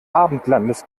abendlandes